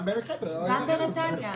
גם בנתניה.